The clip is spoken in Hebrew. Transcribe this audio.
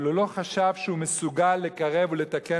אבל הוא לא חשב שהוא מסוגל לקרב ולתקן